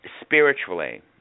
spiritually